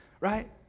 Right